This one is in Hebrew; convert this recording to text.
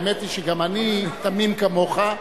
האמת היא שגם אני תמים כמוך,